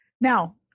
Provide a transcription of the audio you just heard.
Now